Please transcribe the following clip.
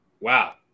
Wow